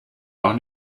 auch